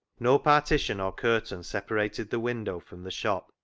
no partition or curtain separated the window from the shop,